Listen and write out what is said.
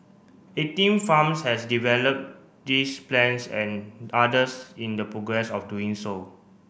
eighteen farms has developed these plans and others in the progress of doing so